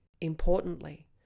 Importantly